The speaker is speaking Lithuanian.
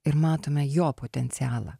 ir matome jo potencialą